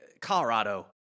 Colorado